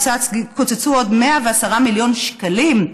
קוצצו עוד 110 מיליון שקלים,